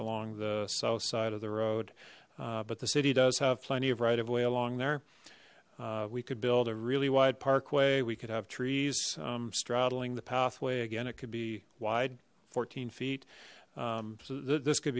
along the south side of the road but the city does have plenty of right of way along there we could build a really wide parkway we could have trees straddling the pathway again it could be wide fourteen feet so this could